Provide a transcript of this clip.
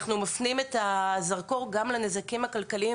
אנחנו מפנים את הזרקור גם לנזקים הכלכליים